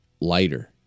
lighter